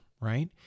right